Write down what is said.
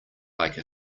like